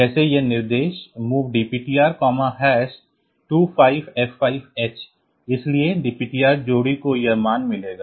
जैसे यह निर्देश MOV DPTR 25F5H इसलिए DPTR जोड़ी को यह मान मिलेगा